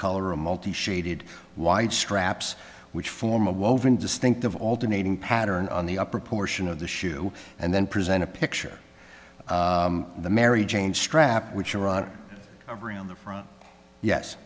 color a multi shaded wide straps which form a woven distinctive alternating pattern on the upper portion of the shoe and then present a picture of the mary jane strap which a rod of around the front yes